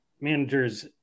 managers